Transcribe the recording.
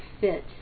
fit